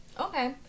Okay